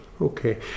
Okay